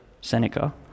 Seneca